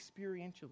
experientially